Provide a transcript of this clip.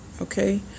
Okay